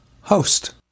host